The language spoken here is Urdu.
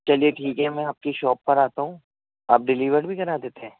چلیے ٹھیک ہے میں آپ کی شاپ پر آتا ہوں آپ ڈلیور بھی کرا دیتے ہیں